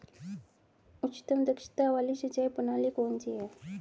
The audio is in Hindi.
उच्चतम दक्षता वाली सिंचाई प्रणाली कौन सी है?